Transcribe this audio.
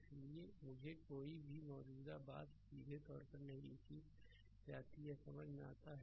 इसलिए इसीलिए मुझे कोई भी मौजूदा बात सीधे तौर पर नहीं लिखी जाती यह समझ में आता है